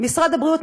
משרד הבריאות,